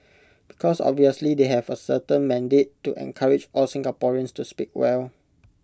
because obviously they have A certain mandate to encourage all Singaporeans to speak well